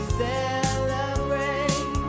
celebrate